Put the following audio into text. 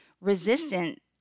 resistant